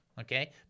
Okay